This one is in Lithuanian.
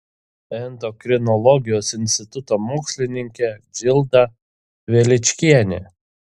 endokrinologijos instituto mokslininkė džilda veličkienė